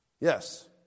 Yes